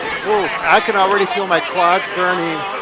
whoa, i can already feel my quads burning.